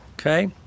okay